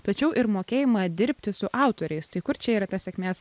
tačiau ir mokėjimą dirbti su autoriais tai kur čia yra tas sėkmės